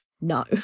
No